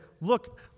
look